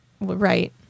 right